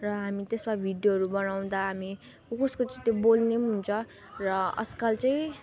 र हामी त्यसमा भिडियोहरू बनाउँदा हामी कसकसको त्यो बोल्ने हुन्छ र आजकल चाहिँ